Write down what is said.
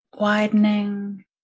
widening